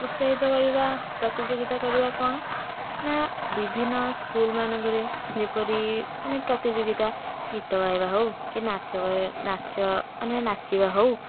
ପ୍ରୋତ୍ସାହିତ କରିବା ପ୍ରତିଯୋଗିତା କରିବା କ'ଣ ନା ବିଭିନ୍ନ ସ୍କୁଲମାନଙ୍କରେ ଯେପରି ମାନେ ପ୍ରତିଯୋଗିତା ଗୀତ ଗାଇବା ହେଉ କି ନାଚ ଗାଇବା ନାଚ ମାନେ ନାଚିବା ହେଉ